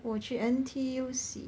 我去 N_T_U_C